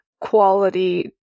quality